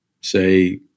say